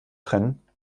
trennen